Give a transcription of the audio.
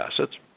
assets